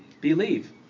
believe